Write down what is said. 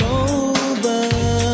over